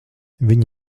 viņi